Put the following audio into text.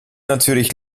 natürlich